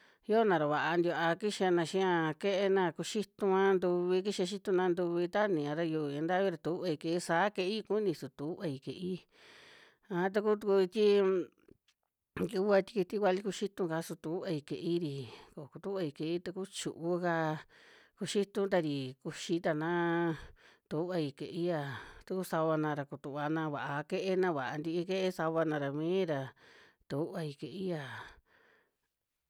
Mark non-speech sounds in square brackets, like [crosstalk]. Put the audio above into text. Yo na ra va'a ntiva'a kixana xi'a kuie'e naa kuxitu a ntuvi kixa xitunaa ntuvi tani a ra yu ña ntavi ra tuvai kuie'ia saa kuie'i kuni su tuvai kuie'i. A tukú tu sti, [noise] nti ku a sti kiti vali kuxitu kaa su tuvai kuie'i rii ko kutuvai kuie'i tukú chu'u kaa kuxitu tarii kuxi ta naa tuvai kuie'ia tukú sava na ra ku tuvana va'a kuie'e na va'a nti'i kuie'e sava na ra mii ra tuvai kuie'ia.